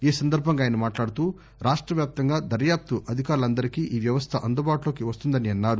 ఈ సందర్బంగా ఆయన మాట్లాడుతూ రాష్ట్రవ్యాప్తంగా దర్యాప్తు అధికారులందరికీ ఈ వ్యవస్థ అందుబాటులోకి వస్తుందని అన్నారు